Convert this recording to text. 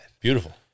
Beautiful